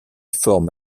forme